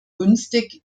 günstig